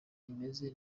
imeze